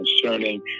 concerning